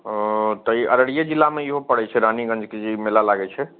ओ तऽ ई अररिये जिलामे इहो पड़ै छै रानीगञ्जके जे ई मेला लागै छै